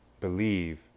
believe